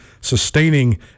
sustaining